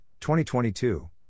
2022